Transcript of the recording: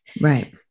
Right